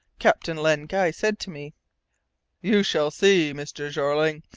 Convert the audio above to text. captain len guy said to me you shall see, mr. jeorling,